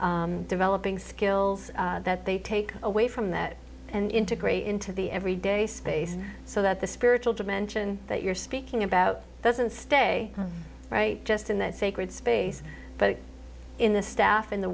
developing skills that they take away from that and integrate into the every day space so that the spiritual dimension that you're speaking about doesn't stay just in that sacred space but in the staff in the